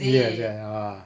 ya ya ah